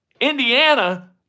Indiana